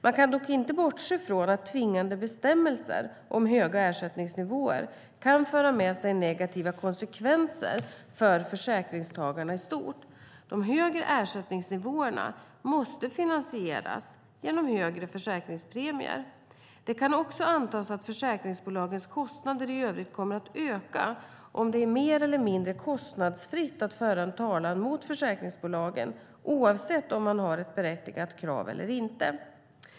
Man kan dock inte bortse från att tvingande bestämmelser om höga ersättningsnivåer kan föra med sig negativa konsekvenser för försäkringstagarna i stort. De högre ersättningsnivåerna måste finansieras genom högre försäkringspremier. Det kan också antas att försäkringsbolagens kostnader i övrigt kommer att öka om det är mer eller mindre kostnadsfritt att föra en talan mot försäkringsbolagen, oavsett om man har ett berättigat krav eller inte.